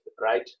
right